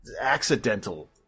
accidental